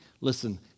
Listen